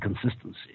consistency